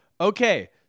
Okay